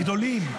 הגדולים,